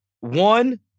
One